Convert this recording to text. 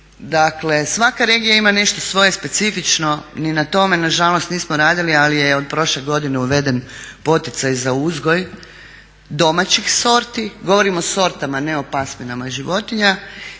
Dakle, svaka regija ima nešto svoje specifično, ni na tome nažalost nismo radili, ali je od prošle godine uveden poticaj za uzgoj domaćih sorti, govorim o sortama ne o pasminama životinja